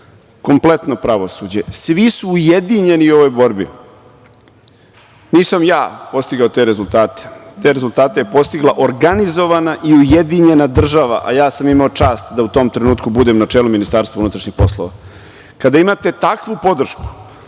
kompletno pravosuđe, svi su ujedinjeni u ovoj borbi. Nisam ja postigao te rezultate, te rezultate je postigla organizovana i ujedinjena država, a ja sam imao čast da u tom trenutku budem na čelu MUP-a. Kada imate takvu podršku,